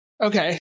Okay